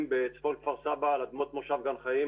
בצפון כפר סבא על אדמות מושב גן חיים,